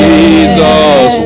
Jesus